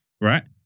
Right